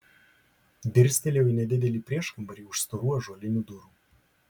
dirstelėjau į nedidelį prieškambarį už storų ąžuolinių durų